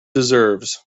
deserves